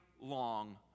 long